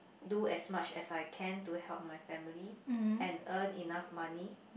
do as much as I can to help my family and earn enough money